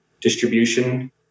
distribution